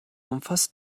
umfasst